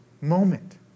moment